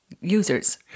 users